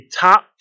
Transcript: top